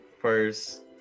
first